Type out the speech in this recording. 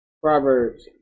Proverbs